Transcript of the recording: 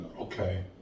Okay